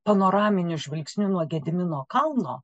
panoraminiu žvilgsniu nuo gedimino kalno